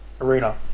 arena